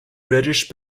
british